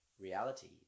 reality